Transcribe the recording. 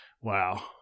wow